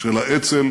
של האצ"ל